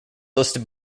listed